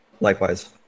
Likewise